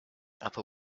upper